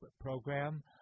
program